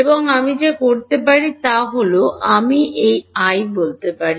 এবং আমি যা করতে পারি তা হল আমি এই আই বলতে পারি